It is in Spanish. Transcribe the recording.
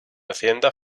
hacienda